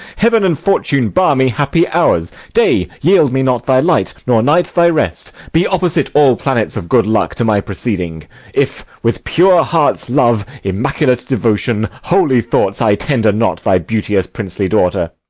heaven and fortune bar me happy hours! day, yield me not thy light nor, night, thy rest! be opposite all planets of good luck to my proceeding if, with pure heart's love, immaculate devotion, holy thoughts, i tender not thy beauteous princely daughter!